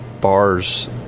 bars